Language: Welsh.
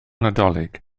nadolig